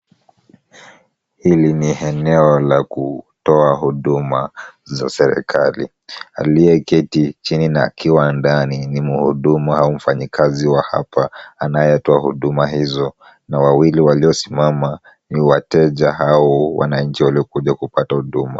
Hili ni eneo la kutoa huduma za serikali. Aliyekiti chini na akiwa ndani ni mhudumu au mfanyikazi wa hapa. Anayetoa huduma hizo na wawili waliosimama ni wateja au wananchi waliokuja kupata huduma.